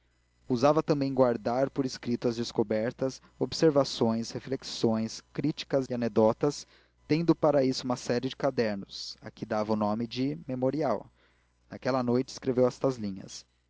usava também guardar por escrito as descobertas observações reflexões críticas e anedotas tendo para isso uma série de cadernos a que dava o nome de memorial naquela noite escreveu estas linhas